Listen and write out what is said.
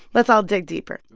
let's all dig deeper.